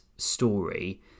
story